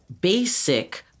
basic